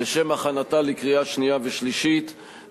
לשם הכנתה לקריאה שנייה ושלישית,